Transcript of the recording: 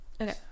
Okay